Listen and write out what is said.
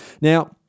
Now